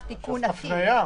תיקון עקיף -- צריך לעשות הפניה.